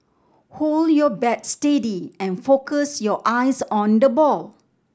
hold your bat steady and focus your eyes on the ball